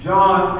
John